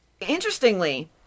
interestingly